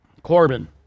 Corbin